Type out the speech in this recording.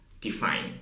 define